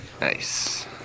Nice